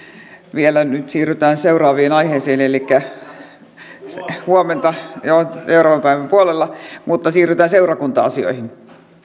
vielä nyt siirrytään seuraaviin aiheisiin huomenta joo ollaan seuraavan päivän puolella elikkä seurakunta asioihin